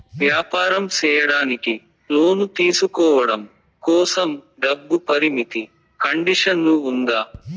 వ్యాపారం సేయడానికి లోను తీసుకోవడం కోసం, డబ్బు పరిమితి కండిషన్లు ఉందా?